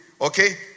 Okay